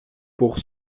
pour